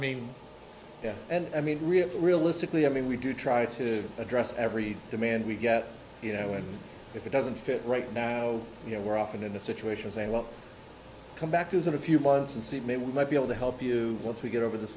mean and i mean realistically i mean we do try to address every demand we get you know and if it doesn't fit right now you know we're often in a situation saying well come back to visit a few months and see if maybe we might be able to help you once we get over this